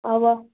اوا